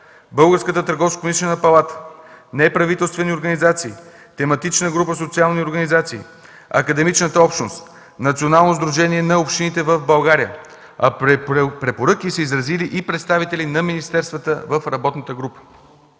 Българската търговско-промишлена палата, неправителствени организации, тематична група „Социални организации“, академичната общност, Националното сдружение на общините в България. Препоръки са изразили и представители на министерствата в работната група.